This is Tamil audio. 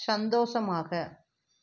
சந்தோஷமாக